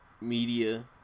media